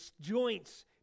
joints